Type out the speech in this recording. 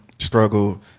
struggle